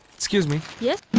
excuse me. yes.